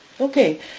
Okay